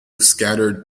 scattered